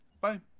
bye